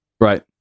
right